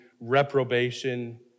reprobation